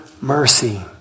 mercy